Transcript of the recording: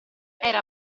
era